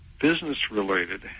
business-related